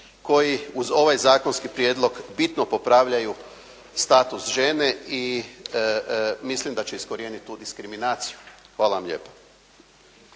koji uz ovaj zakonski prijedlog bitno popravljaju status žene i mislim da će iskorijeniti tu diskriminaciju. Hvala vam lijepo.